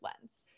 lens